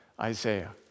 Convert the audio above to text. Isaiah